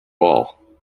all